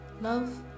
love